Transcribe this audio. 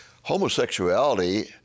Homosexuality